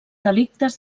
delictes